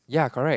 ya correct